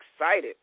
excited